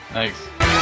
thanks